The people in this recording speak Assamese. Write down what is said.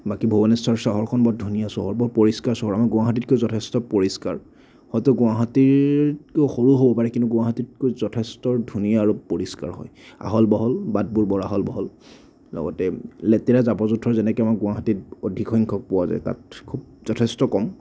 বাকী ভুৱনেশ্বৰ চহৰখন বৰ ধুনীয়া চহৰ বৰ পৰিষ্কাৰ চহৰ আমাৰ গুৱাহাটীতকৈ যথেষ্ট পৰিষ্কাৰ হয়তো গুৱাহাটীতকৈ সৰু হ'ব পাৰে কিন্তু গুৱাহাটীতকৈ যথেষ্ট ধুনীয়া আৰু পৰিষ্কাৰ হয় আহল বহল বাটবোৰ বৰ আহল বহল লগতে লেতেৰা জাবৰ জোথৰ যেনেকৈ আমাৰ গুৱাহাটীত অধিক সংখ্যক পোৱা যায় তাত খুব যথেষ্ট কম